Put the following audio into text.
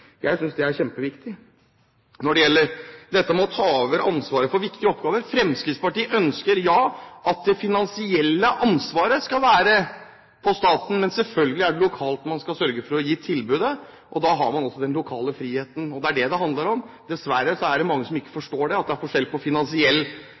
Jeg synes det er kjempeviktig. Når det gjelder dette med å ta over ansvaret for viktige oppgaver, ja, så ønsker Fremskrittspartiet at det finansielle ansvaret skal være hos staten, men selvfølgelig er det lokalt man skal sørge for å gi tilbudet. Da har man også den lokale friheten, og det er det det handler om. Dessverre er det mange som ikke